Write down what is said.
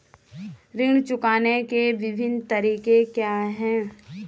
ऋण चुकाने के विभिन्न तरीके क्या हैं?